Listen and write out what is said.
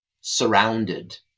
surrounded